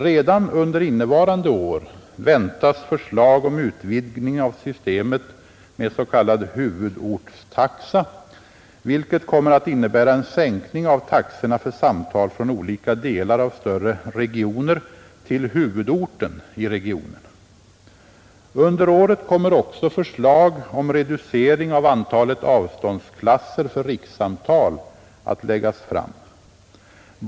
Redan under innevarande år väntas förslag om utvidgning av systemet med s.k. huvudortstaxa, vilket kommer att innebära en sänkning av taxorna för samtal från olika delar av större regioner till huvudorten i regionen. Under året kommer också förslag om reducering av antalet avståndsklasser för rikssamtal att läggas fram.